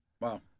Wow